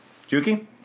Juki